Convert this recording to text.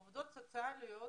עובדות סוציאליות